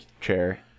chair